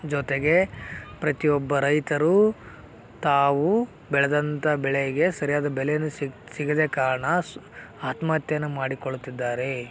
ಜೊತೆಗೆ ಪ್ರತಿಯೊಬ್ಬ ರೈತರು ತಾವು ಬೆಳೆದಂತ ಬೆಳೆಗೆ ಸರಿಯಾದ ಬೆಲೆ ಸಿಕ್ ಸಿಗದ ಕಾರಣ ಸು ಆತ್ಮಹತ್ಯೆಯನ್ನ ಮಾಡಿಕೊಳ್ಳುತ್ತಿದ್ದಾರೆ